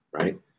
right